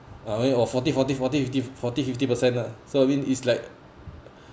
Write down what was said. uh only forty forty forty fifty forty fifty percent lah so I mean is like